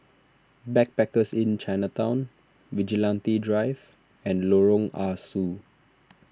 Backpackers Inn Chinatown Vigilante Drive and Lorong Ah Soo